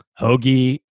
Hoagie